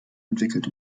entwickelt